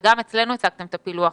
וגם אצלנו הצגתם את הפילוח.